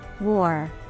war